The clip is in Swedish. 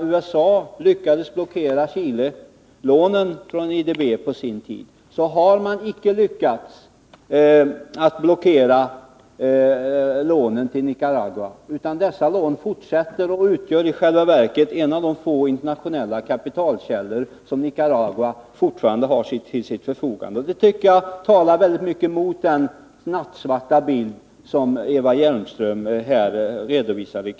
USA lyckades blockera Chile-lånen från IDB på sin tid, men man har icke lyckats att blockera lånen till Nicaragua, utan dessa lån fortsätter och utgör i själva verket en av de få internationella kapitalkällor som Nicaragua fortfarande har till sitt förfogande. Det tycker jag talar mycket emot den nattsvarta bild som Eva Hjelmström här redovisade.